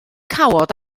cawod